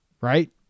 Right